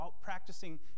practicing